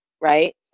right